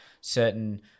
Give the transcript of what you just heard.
certain